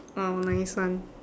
oh nice one